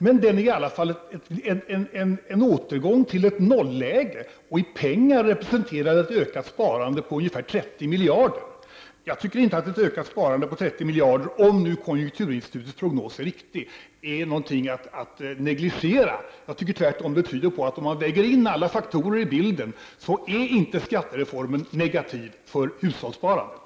Men den är i alla fall en återgång till ett nolläge, och i pengar representerar det ett ökat sparande på ungefär 30 miljarder. Jag tycker inte att ett ökat sparande på 30 miljarder — om nu konjunkturinstitutets prognos är riktig — är något att negligera. Om man väger in alla faktorer i bilden finner man tvärtom att skattereformen inte är negativ för hushållssparandet.